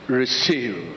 receive